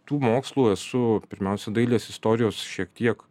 tų mokslų esu pirmiausia dailės istorijos šiek tiek